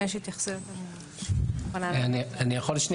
אם יש התייחסויות, אני מוכנה.